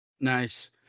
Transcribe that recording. nice